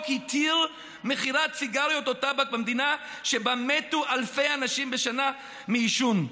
התיר מכירת סיגריות או טבק במדינה שבה מתו אלפי אנשים בשנה מעישון.